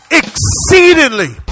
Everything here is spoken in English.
exceedingly